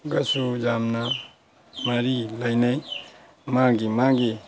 ꯒꯁꯨ ꯌꯥꯝꯅ ꯃꯔꯤ ꯂꯩꯅꯩ ꯃꯥꯒꯤ ꯃꯥꯒꯤ